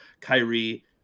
Kyrie